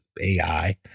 AI